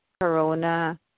corona